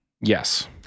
Yes